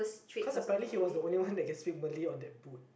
cause apparently he was the only one that can speak Malay on that boat